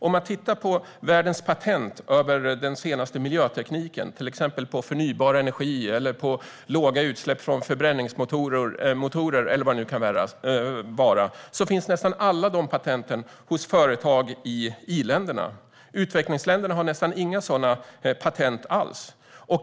Om man tittar på världens patent för den senaste miljötekniken, till exempel förnybar energi eller låga utsläpp från förbränningsmotorer, ser man att nästan alla de patenten finns hos företag i i-länderna. Utvecklingsländerna har nästan inga sådana patent alls.